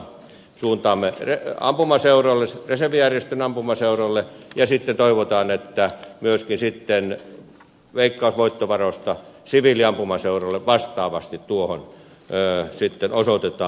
puolustushallinnon osalta suuntaamme reservijärjestöjen ampumaseuroille ja toivotaan että myöskin veikkausvoittovaroista siviiliampumaseuroille vastaavasti osoitetaan määrärahaa